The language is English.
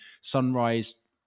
sunrise